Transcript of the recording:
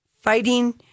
fighting